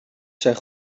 zijn